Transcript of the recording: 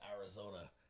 arizona